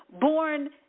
born